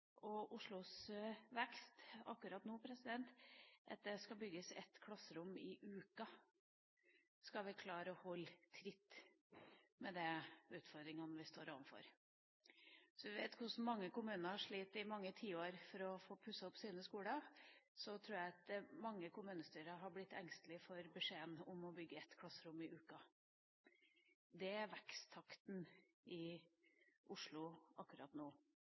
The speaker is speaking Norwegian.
og Oslos vekst akkurat nå at det skal bygges et nytt klasserom i uken hvis vi skal klare å holde tritt med de utfordringene vi står overfor. Når vi vet at mange kommuner sliter i mange tiår for å få pusset opp sine skoler, tror jeg det er mange kommunestyrer som hadde blitt engstelig for en beskjed om å bygge et nytt klasserom i uka. Det er veksttakten i Oslo akkurat nå.